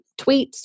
tweets